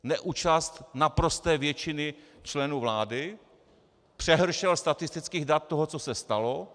Neúčast naprosté většiny členů vlády, přehršel statistických dat toho, co se stalo.